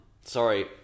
Sorry